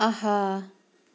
اَہا